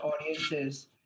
audiences